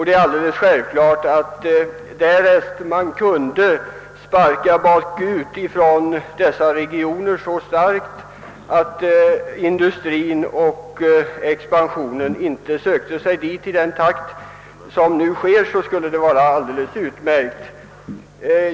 Det är självklart att därest dessa regioner kunde »sparka bakut» så starkt att industrien och expansionen inte sökte sig dit i den takt som nu sker, skulle detta vara bra.